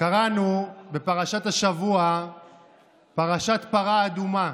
קראנו בפרשת השבוע את פרשת פרה אדומה.